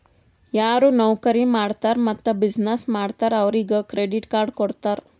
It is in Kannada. ಯಾರು ನೌಕರಿ ಮಾಡ್ತಾರ್ ಮತ್ತ ಬಿಸಿನ್ನೆಸ್ ಮಾಡ್ತಾರ್ ಅವ್ರಿಗ ಕ್ರೆಡಿಟ್ ಕಾರ್ಡ್ ಕೊಡ್ತಾರ್